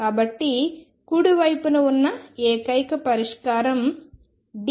కాబట్టి కుడి వైపున ఉన్న ఏకైక పరిష్కారం D e αx